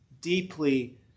deeply